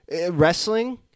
Wrestling